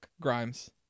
Grimes